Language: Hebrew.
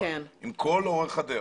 לכל אורך הדרך.